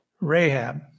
Rahab